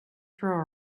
throw